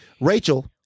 Rachel